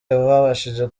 babashije